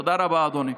תודה רבה, אדוני.